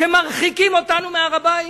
שמרחיקים אותנו מהר-הבית?